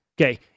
Okay